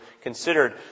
considered